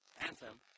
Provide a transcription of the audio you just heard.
anthem